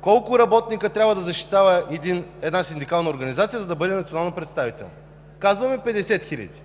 Колко работници трябва да защитава една синдикална организация, за да бъде национално представителна? Казваме 50 хиляди.